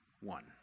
one